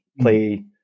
play